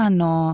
no